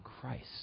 Christ